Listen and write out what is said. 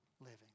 living